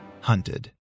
Hunted